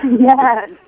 Yes